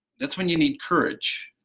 that's when you need courage,